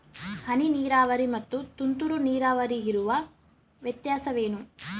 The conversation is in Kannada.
ಹನಿ ನೀರಾವರಿ ಮತ್ತು ತುಂತುರು ನೀರಾವರಿಗೆ ಇರುವ ವ್ಯತ್ಯಾಸವೇನು?